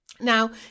Now